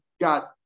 got